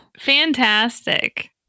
Fantastic